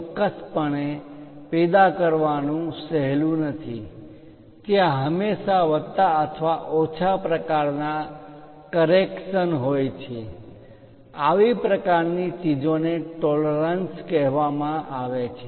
ચોક્કસપણે પેદા બનાવવું સહેલું નથી ત્યાં હંમેશાં વત્તા અથવા ઓછા પ્રકારના કરેક્શન સુધારા હોય છે આવી પ્રકારની ચીજોને ટોલરન્સ પરિમાણ માં માન્ય તફાવત કહેવામાં આવે છે